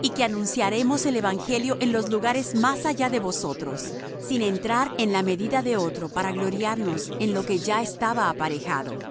y que anunciaremos el evangelio en los lugares más allá de vosotros sin entrar en la medida de otro para gloriarnos en lo que ya estaba aparejado